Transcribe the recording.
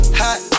hot